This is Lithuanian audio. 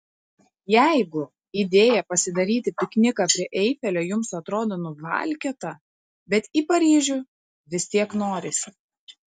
jeigu idėja pasidaryti pikniką prie eifelio jums atrodo nuvalkiota bet į paryžių vis tiek norisi